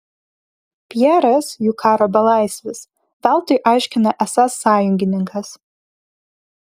pjeras jų karo belaisvis veltui aiškino esąs sąjungininkas